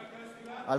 חבר הכנסת אילטוב,